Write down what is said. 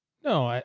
no,